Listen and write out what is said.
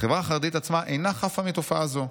"החברה החרדית עצמה אינה חפה מתופעה הזו.